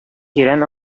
тирән